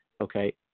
okay